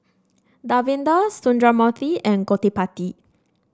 Davinder Sundramoorthy and Gottipati